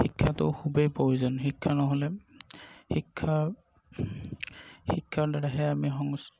শিক্ষাটো খুবেই প্ৰয়োজন শিক্ষা নহ'লে শিক্ষা শিক্ষাৰদ্বাৰাহে আমি সংস্ক